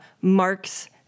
Mark's